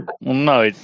No